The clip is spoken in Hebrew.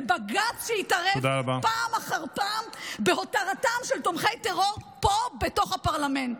בג"ץ הוא ששהתערב פעם אחר פעם בהותרתם של תומכי טרור פה בתוך הפרלמנט.